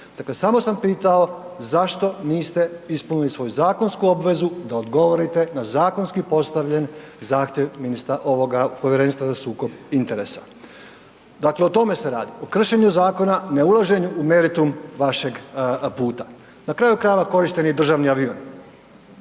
dakle samo sam pitao zašto niste ispunili svoju zakonsku obvezu da odgovorite na zakonski postavljen zahtjev Povjerenstva za sukob interesa. Dakle, o tome se radi, o kršenju zakona, ne ulaženju u meritum vašeg puta. Na kraju krajeva korišten je i državni avion.